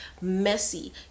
messy